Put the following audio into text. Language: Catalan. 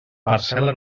parcel·la